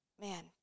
man